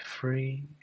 free